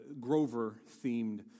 Grover-themed